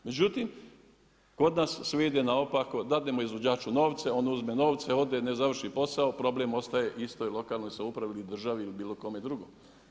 Međutim kod nas sve idemo naopako, dadnemo izvođaču novce, on uzme novce, ode ne završi posao problem ostaje istoj lokalnoj samoupravi ili državi ili bilo kome drugom.